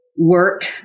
Work